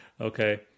Okay